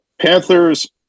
Panthers